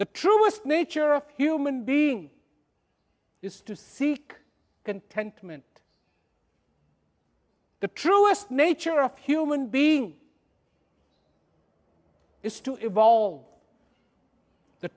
the truest nature of human being is to seek contentment the truest nature of human being is to evolve the